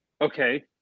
Okay